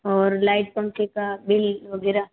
और लाइट पंखे का बिल वगैरह